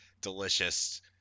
delicious